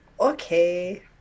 Okay